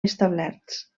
establerts